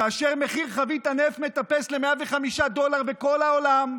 כאשר מחיר חבית הנפט מטפס ל-105 דולר בכל העולם,